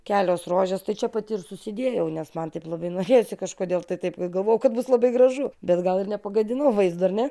kelios rožės tai čia pati ir susidėjau nes man taip labai norėjosi kažkodėl tai taip galvojau kad bus labai gražu bet gal ir nepagadinau vaizdo ar ne